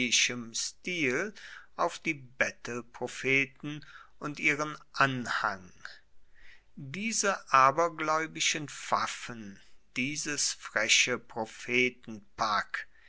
stil auf die bettelpropheten und ihren anhang diese aberglaeubischen pfaffen dieses freche prophetenpack